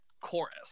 chorus